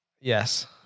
Yes